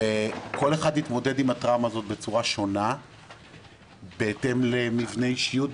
וכל אחד התמודד עם הטראומה הזאת בצורה שונה בהתאם למבנה אישיות,